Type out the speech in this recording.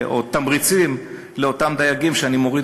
או תמריצים לאותם דייגים שאני מוריד